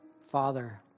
father